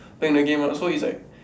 playing the game ah so he's like